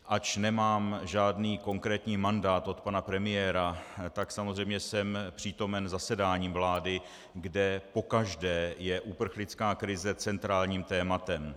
Ač nemám žádný konkrétní mandát od pana premiéra, tak samozřejmě jsem přítomen zasedáním vlády, kde pokaždé je uprchlická krize centrálním tématem.